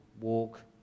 walk